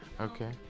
Okay